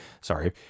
sorry